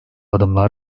adımlar